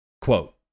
Quote